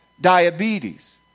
diabetes